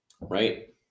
Right